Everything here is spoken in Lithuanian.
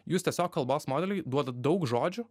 jūs tiesiog kalbos modeliui duodat daug žodžių